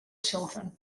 children